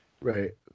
Right